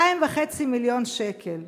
2.5 מיליון שקל.